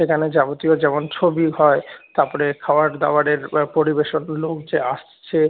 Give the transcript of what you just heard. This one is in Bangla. সেখানে যাবতীয় যেমন ছবি হয় তার পরে খাওয়ার দাওয়ারের পরিবেশন লোক যে আসছে